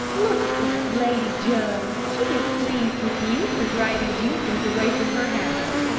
look at that lady, joe. she is pleased with you for driving jenkins away from her house.